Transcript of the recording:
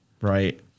right